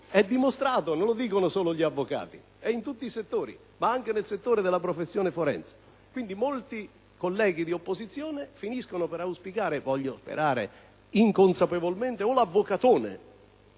È dimostrato: non lo dicono solo gli avvocati. Ciò avviene in tutti i campi, ed anche nel settore della professione forense. Quindi, molti colleghi di opposizione finiscono per auspicare - voglio sperare inconsapevolmente - l'avvocatone